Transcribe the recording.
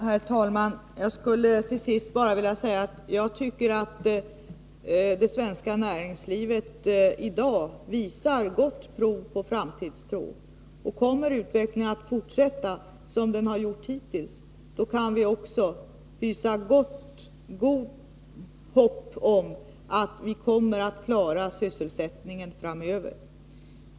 Herr talman! Jag skulle till sist bara vilja säga: Jag tycker att det svenska näringslivet i dag visar gott prov på framtidstro. Och kommer utvecklingen att fortsätta som den gjort hittills kan vi också hysa gott hopp om att vi kommer att klara sysselsättningen framöver.